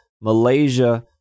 Malaysia